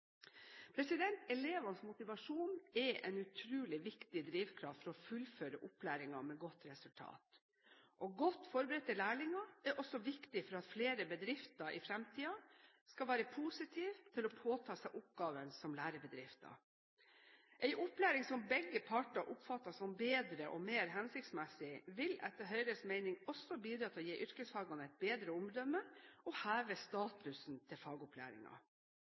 Elevenes motivasjon er en utrolig viktig drivkraft for å fullføre opplæringen med godt resultat. Godt forberedte lærlinger er også viktig for at flere bedrifter i fremtiden skal være positive til å påta seg oppgaven som lærebedrifter. En opplæring som begge parter oppfatter som bedre og mer hensiktsmessig, vil etter Høyres mening også bidra til å gi yrkesfagene et bedre omdømme, og heve statusen til